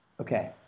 Okay